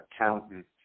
accountant